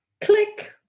Click